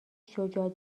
شجاع